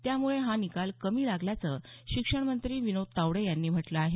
त्यामुळे हा निकाल कमी लागल्याचं शिक्षणमंत्री विनोद तावडे यांनी म्हटलं आहे